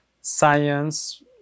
science